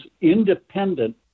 independent